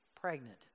pregnant